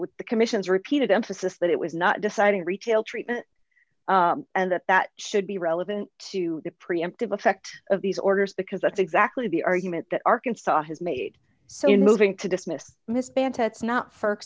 the commission's repeated emphasis that it was not deciding retail treatment and that that should be relevant to the preemptive effect of these orders because that's exactly the argument that arkansas has made in moving to dismiss miss bantay it's not